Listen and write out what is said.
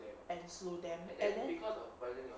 and slow them and then